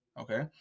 Okay